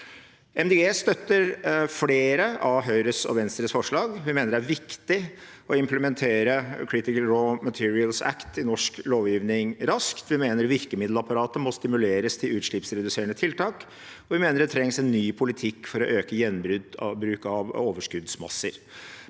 støtter flere av Høyres og Venstres forslag. Vi mener det er viktig å implementere «Critical Raw Materials Act» i norsk lovgivning raskt. Vi mener virkemiddelapparatet må stimuleres til utslippsreduserende tiltak, og vi mener det trengs en ny politikk for å øke gjenbruk av overskuddsmasser.